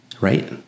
Right